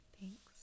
Thanks